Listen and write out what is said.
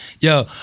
Yo